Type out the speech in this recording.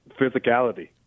physicality